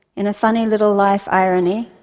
in a funny little life irony,